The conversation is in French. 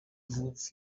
vous